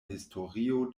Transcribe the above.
historio